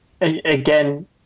again